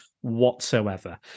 whatsoever